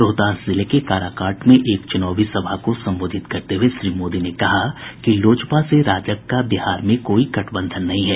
रोहतास जिले के काराकाट में एक च्रनावी सभा को संबोधित करते हुए श्री मोदी ने कहा कि लोजपा से राजग का बिहार में कोई गठबंधन नहीं है